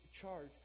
charge